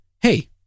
hey